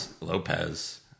Lopez